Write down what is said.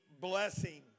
blessing